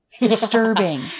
disturbing